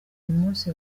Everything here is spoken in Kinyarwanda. munsi